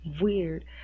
weird